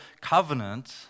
covenant